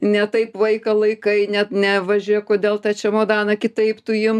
ne taip vaiką laikai ne ne va žė kodėl tą čemodaną kitaip tu im